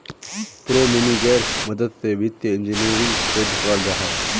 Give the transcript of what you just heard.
प्रोग्रम्मिन्गेर मदद से वित्तिय इंजीनियरिंग शोध कराल जाहा